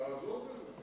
תעזור בזה.